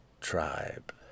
tribe